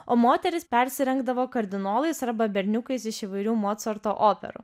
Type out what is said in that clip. o moterys persirengdavo kardinolais arba berniukais iš įvairių mocarto operų